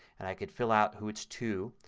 and i can fill out who it's to.